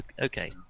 Okay